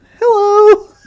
hello